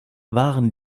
waren